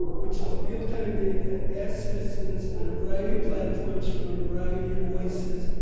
which is real-time data as citizens on a variety of platforms from a variety of voices,